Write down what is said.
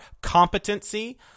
competency